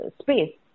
space